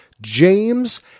James